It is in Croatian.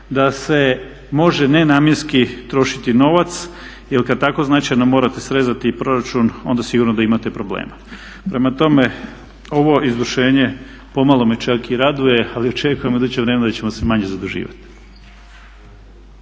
da se može nenamjenski trošiti novac, jer kada tako značajno morate srezati proračun onda sigurno da imate problema. Prema tome, ovo izvršenje pomalo me čak i raduje ali očekujem u idućem vremenu da ćemo se manje zaduživati.